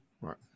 Right